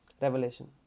Revelation